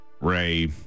Ray